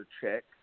check